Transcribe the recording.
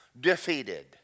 defeated